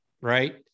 Right